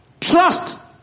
Trust